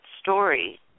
story